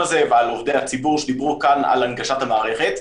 הזה ועל עובדי הציבור שדיברו כאן על הנגשת המערכת.